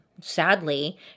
Sadly